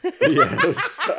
Yes